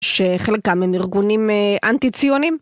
שחלקם הם ארגונים אנטי-ציונים?